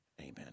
Amen